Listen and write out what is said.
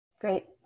Great